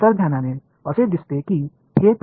अंतर्ज्ञानाने असे दिसते की हे तरीही फिरत आहे